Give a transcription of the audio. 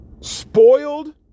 Spoiled